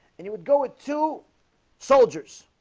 and he would go with two soldiers